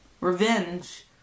Revenge